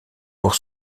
pour